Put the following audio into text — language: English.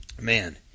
Man